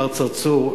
מר צרצור,